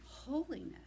holiness